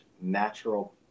natural